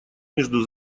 между